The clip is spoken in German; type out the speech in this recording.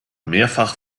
mehrfach